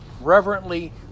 reverently